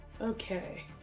Okay